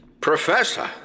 Professor